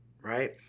right